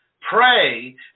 pray